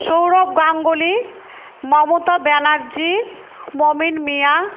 Sourav Ganguly Mamata Banerjee Momin Mia